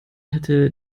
hätte